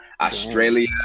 Australia